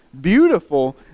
beautiful